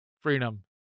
freedom